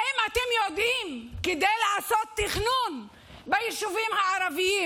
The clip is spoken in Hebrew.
האם אתם יודעים שכדי לעשות תכנון ביישובים הערביים